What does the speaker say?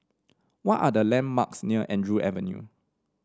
what are the landmarks near Andrew Avenue